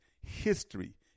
history